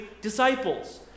disciples